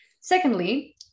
secondly